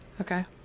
Okay